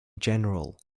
general